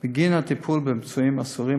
בגין הטיפול בפצועים הסורים,